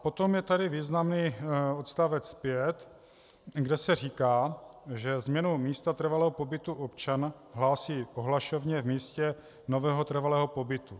Potom je tady významný odstavec 5, kde se říká, že změnu místa trvalého pobytu občana hlásí ohlašovně v místě nového trvalého pobytu.